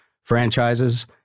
franchises